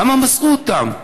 למה מסרו אותן,